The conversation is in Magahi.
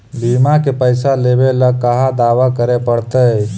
बिमा के पैसा लेबे ल कहा दावा करे पड़तै?